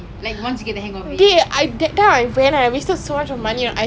eh mine is like four wheels though it's like one line three wheels ya